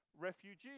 refugees